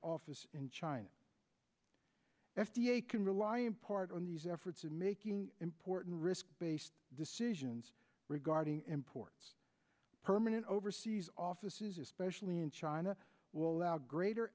office in china f d a can rely in part on these efforts in making important risk based decisions regarding imports permanent overseas offices especially in china will allow greater